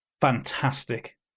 Fantastic